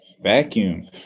vacuum